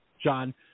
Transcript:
John